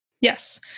Yes